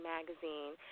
Magazine